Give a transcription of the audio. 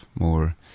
more